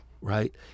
Right